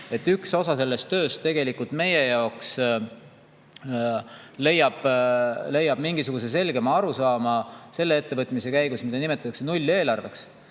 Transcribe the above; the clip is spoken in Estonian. Üks osa sellest tööst [saab] tegelikult meie jaoks mingisuguse selguse ja arusaama ettevõtmise käigus, mida nimetatakse nulleelarveks.